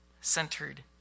centered